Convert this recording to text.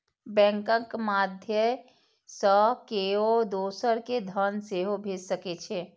बैंकक माध्यय सं केओ दोसर कें धन सेहो भेज सकै छै